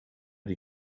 die